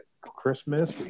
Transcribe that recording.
Christmas